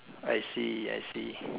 I see I see